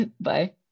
Bye